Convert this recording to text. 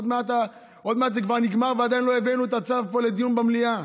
עוד מעט זה כבר נגמר ועדיין לא הבאנו את הצו פה לדיון במליאה,